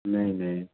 نہیں نہیں